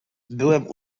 byłem